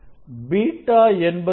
beta என்பது என்ன